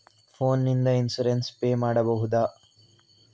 Phone ನಿಂದ insurance pay ಮಾಡಬಹುದ?